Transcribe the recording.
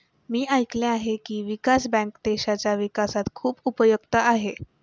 मी ऐकले आहे की, विकास बँक देशाच्या विकासात खूप उपयुक्त आहे